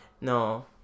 no